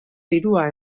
dirua